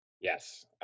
Yes